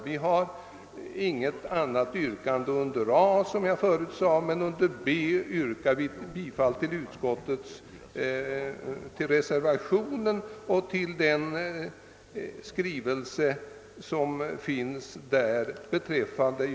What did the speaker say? Vi har som sagt inget säryrkande under moment A. Vid moment B. yrkar vi bifall till reservationen om skrivelse till Kungl. Maj:t.